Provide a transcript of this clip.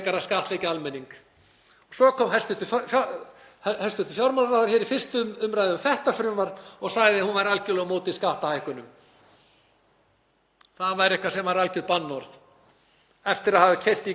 það væri eitthvað sem væri algjört bannorð, eftir að hafa keyrt í gegn frumvarp fyrr í haust, fyrstu löggjöfina sem var vegna viðbragða vegna eldsumbrotanna á Reykjanesi.